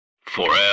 forever